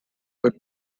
but